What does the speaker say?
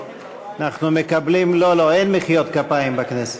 אנחנו מקבלים, לא, לא, אין מחיאות כפיים בכנסת.